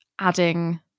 adding